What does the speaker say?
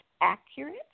accurate